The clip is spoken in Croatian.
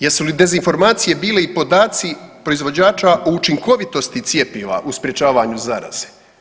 Jesu li dezinformacije bile i podaci proizvođača o učinkovitosti cjepiva u sprječavanju zaraze?